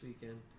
weekend